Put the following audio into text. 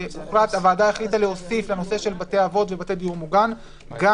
הוועדה החליטה להוסיף לנושא של בתי אבות ובתי דיור מוגן גם